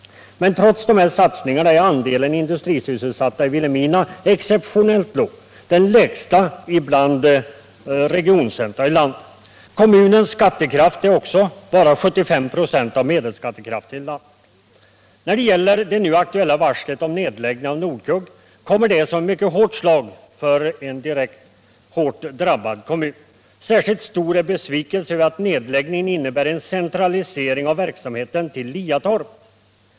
Men trots dessa satsningar är andelen industrisysselsatta i Vilhelmina exceptionellt låg, den lägsta bland regionscentra i landet. Kommunens skattekraft är också bara 75 26 av medelskattekraften i landet. När det gäller det nu aktuella varslet om nedläggning av Nordkugg kommer detta som ett mycket hårt slag för en hårt drabbad kommun. Särskilt stor är besvikelsen över att nedläggningen innebär en centralisering av verksamheten till Liatorp.